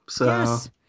Yes